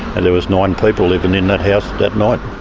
and there was nine people living in that house that night.